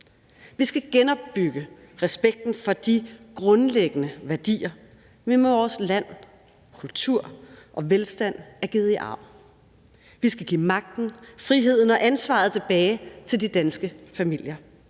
Vi skal genopbygge respekten for de grundlæggende værdier, vi med vores land, kultur og velstand er givet i arv. Vi skal give magten, friheden og ansvaret tilbage til de danske familier,